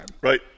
Right